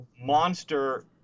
monster